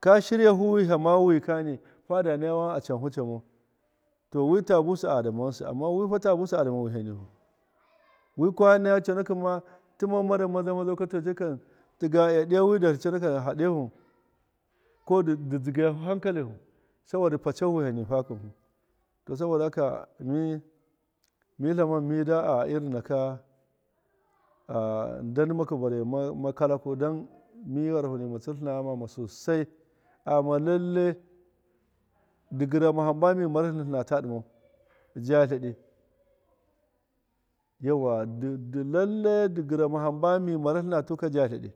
Ka shiryafu wihama wi kani fada naya wan a canhu camau to wi ta busɨ adama ghɨnsɨ to wi ta busɨ adama wiham nifu wi kwanaya conakin ma tima marau maza mazau kani tiga iya ɗɨyawi darhɨ conakɨn di haɗehu ko dɨ dzigayahu hankalihu saboda ɓa cahu wiham nifa kɨnhu to saboda haka mi- mi tlama mi da a irin naka a- nda ndima makalaku dan gharaho nima tsirtlɨna ghamama sosai aghama lalle dɨ gɨrama hamba mi maratlɨn tlɨna ta ɗɨmau ja tledɨ yauwa dɨ-dɨ lalle dɨ gɨrama hamba mi maratlɨna tuka ja tleɗɨ